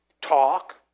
talk